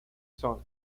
son